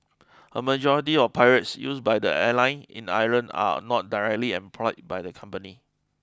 a majority of pilots used by the airline in Ireland are not directly employed by the company